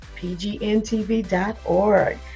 pgntv.org